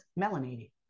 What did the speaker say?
melanated